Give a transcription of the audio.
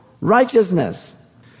righteousness